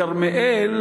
בכרמיאל